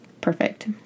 perfect